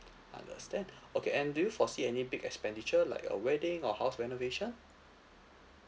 understand okay and do you foresee any big expenditure like a wedding or house renovation